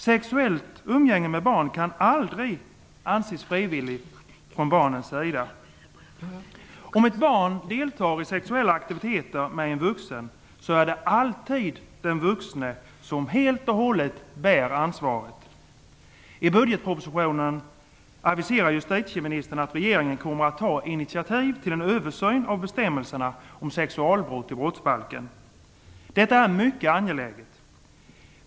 Sexuellt umgänge med barn kan aldrig anses frivilligt från barnets sida. Om ett barn deltar i sexuell aktivitet med en vuxen är det alltid den vuxne som helt och hållet bär ansvaret. I budgetpropositionen aviserar justitieministern att regeringen kommer att ta initiativ till en översyn av bestämmelserna om sexualbrott i brottsbalken. Detta är mycket angeläget.